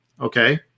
okay